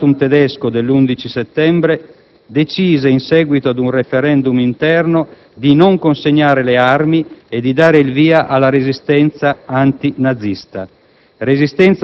e l'*ultimatum* tedesco dell'11 settembre, decise, in seguito ad un *referendum* interno, di non consegnare le armi e di dare il via alla resistenza antinazista.